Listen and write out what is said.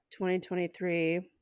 2023